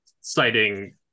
citing